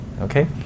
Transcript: Okay